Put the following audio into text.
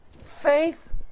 faith